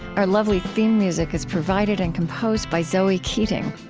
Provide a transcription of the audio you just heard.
our lovely theme music is provided and composed by zoe keating.